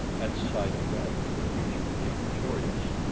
at sight of bradley the creature became furious.